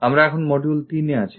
আমরা এখন module তিনে আছি